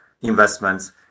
investments